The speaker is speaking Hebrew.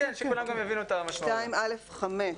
(2א5)